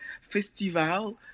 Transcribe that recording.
festival